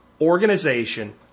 organization